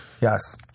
yes